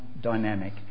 dynamic